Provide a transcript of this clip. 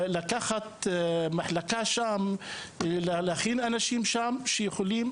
לקחת מחלקה שם ולהכין אנשים שם שיכולים